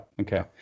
Okay